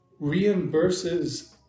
reimburses